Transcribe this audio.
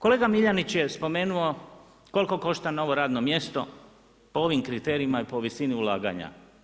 Kolega Miljenić je spomenuo koliko košta novo radno mjesto, po ovim kriterijima i po visini ulaganja.